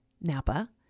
Napa